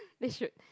they should